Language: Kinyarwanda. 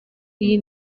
iyi